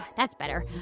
that's better.